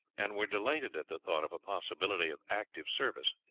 and were delighted at the thought of a possibility of active service,